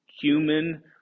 human